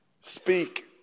speak